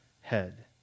head